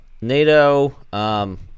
Nato